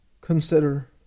consider